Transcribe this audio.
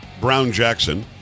Brown-Jackson